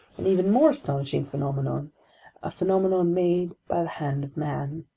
an even more astonishing phenomenon a phenomenon made by the hand of man.